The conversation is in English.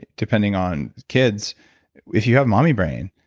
depending on kids if you have mommy brain,